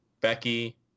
Becky